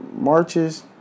marches